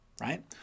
right